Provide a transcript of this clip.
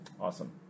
Awesome